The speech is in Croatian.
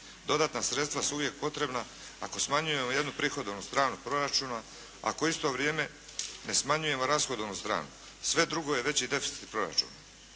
Dodatna sredstva su uvijek potrebna ako smanjujemo jednu prihodovnu stranu proračuna ako u isto vrijeme ne smanjujemo rashodovnu stranu. Sve drugo je veći deficit proračuna.